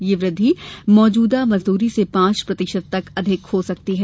यह वृद्धि मौजूदा मजदूरी से पांच प्रतिशत तक अधिक हो सकती है